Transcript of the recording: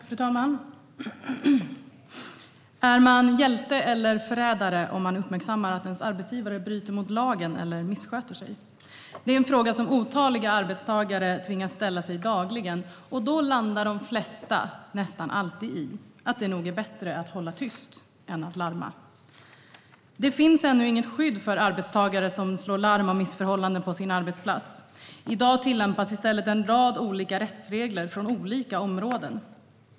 Fru talman! Är man hjälte eller förrädare om man uppmärksammar att ens arbetsgivare bryter mot lagen eller missköter sig? Det är en fråga som otaliga arbetstagare tvingas ställa sig dagligen, och då kommer de flesta nästan alltid fram till att det nog är bättre att hålla tyst än att larma. Det finns ännu inget skydd för arbetstagare som slår larm om missförhållanden på sin arbetsplats. I dag tillämpas i stället en rad olika rättsregler från olika områden.